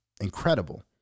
incredible